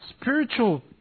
spiritual